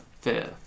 fifth